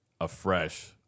afresh